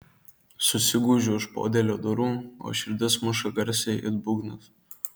susigūžiu už podėlio durų o širdis muša garsiai it būgnas